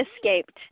escaped